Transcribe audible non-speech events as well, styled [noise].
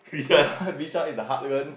[laughs] Bishan is the heartland